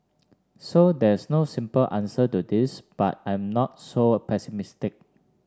so there's no simple answer to this but I'm not so pessimistic